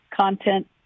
content